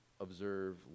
observe